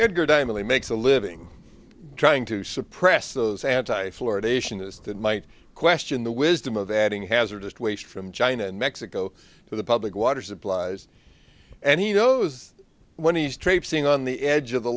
molay makes a living trying to suppress those anti fluoridation is that might question the wisdom of adding hazardous waste from china and mexico to the public water supplies and he knows when he's traipsing on the edge of the